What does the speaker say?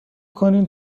کنین